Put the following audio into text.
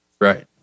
Right